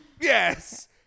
Yes